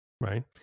right